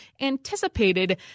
anticipated